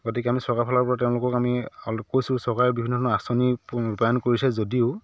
গতিকে আমি চৰকাৰৰ ফালৰ পৰা তেওঁলোকক আমি কৈছোঁ চৰকাৰৰ বিভিন্ন ধৰণৰ আঁচনি ৰূপায়ন কৰিছে যদিও